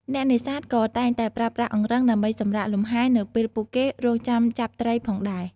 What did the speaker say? អ្នកនេសាទក៏តែងតែប្រើប្រាស់អង្រឹងដើម្បីសម្រាកលំហែនៅពេលពួកគេរង់ចាំចាប់ត្រីផងដែរ។